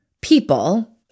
people